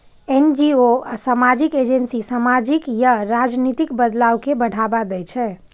NGO आ सामाजिक agency सामाजिक या राजनीतिक बदलाव कें बढ़ावा दै छै